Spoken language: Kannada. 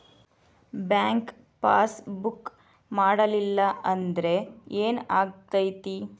ಬ್ಯಾಂಕ್ ಪಾಸ್ ಬುಕ್ ಮಾಡಲಿಲ್ಲ ಅಂದ್ರೆ ಏನ್ ಆಗ್ತೈತಿ?